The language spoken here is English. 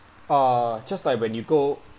uh just like when you go